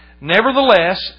Nevertheless